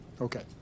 Okay